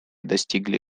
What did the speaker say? достигли